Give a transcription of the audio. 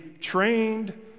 trained